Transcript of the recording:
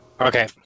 okay